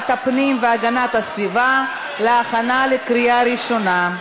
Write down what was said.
הפנים והגנת הסביבה להכנה לקריאה ראשונה.